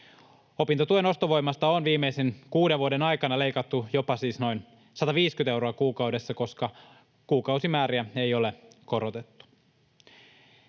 Opintotuen ostovoimasta on viimeisen kuuden vuoden aikana leikattu siis jopa noin 150 euroa kuukaudessa, koska kuukausimääriä ei ole korotettu.